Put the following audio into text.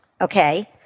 Okay